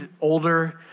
older